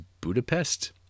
Budapest